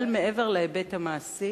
אבל מעבר להיבט המעשי,